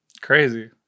Crazy